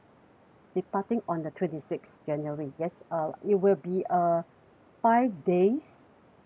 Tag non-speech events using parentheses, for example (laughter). departing on the twenty sixth january yes uh it will be a (breath) five days